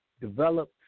develop